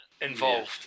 involved